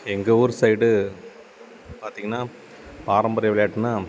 எங்கள் ஊர் சைடு பார்த்திங்கனா பாரம்பரிய விளையாட்டுனா